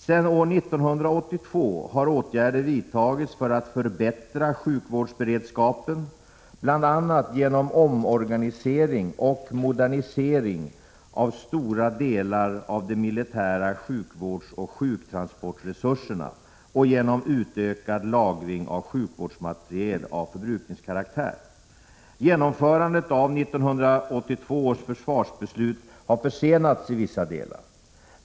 Sedan år 1982 har åtgärder vidtagits för att förbättra sjukvårdsberedskapen, bl.a. genom omorganisering och modernisering av stora delar av de militära sjukvårdsoch sjuktransportresurserna och genom utökad lagring av sjukvårdsmateriel av förbrukningskaraktär. Genomförandet av 1982 års försvarsbeslut har försenats i vissa delar.